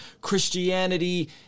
Christianity